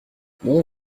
mon